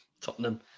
Tottenham